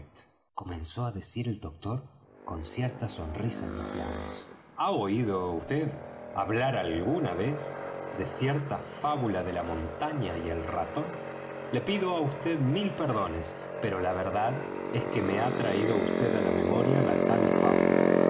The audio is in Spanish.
comenzó á decir el doctor con cierta sonrisa en los labios ha oído vd hablar alguna vez de cierta fábula de la montaña y el ratón le pido á vd mil perdones pero la verdad es que me ha traído vd á la memoria la tal fábula